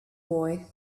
boy